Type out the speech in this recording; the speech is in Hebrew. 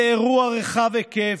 זה אירוע רחב היקף,